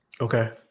Okay